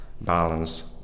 balance